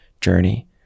journey